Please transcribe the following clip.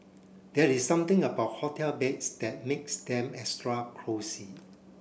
there is something about hotel beds that makes them extra cosy